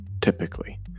typically